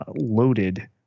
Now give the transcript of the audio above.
loaded